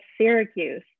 Syracuse